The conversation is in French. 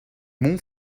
mon